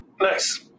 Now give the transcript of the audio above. Nice